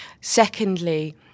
Secondly